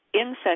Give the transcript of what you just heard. insect